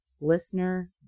Listener